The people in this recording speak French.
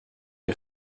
est